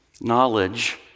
Knowledge